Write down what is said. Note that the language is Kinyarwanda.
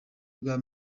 bwa